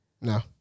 No